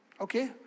okay